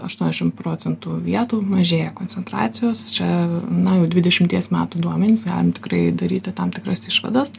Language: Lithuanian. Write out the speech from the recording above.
aštuoniasdešimt procentų vietų mažėja koncentracijos čia na jau dvidešimties metų duomenys galim tikrai daryti tam tikras išvadas